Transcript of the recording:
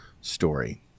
story